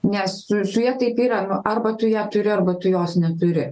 nes su su ja taip yra nu arba tu ją turi arba tu jos neturi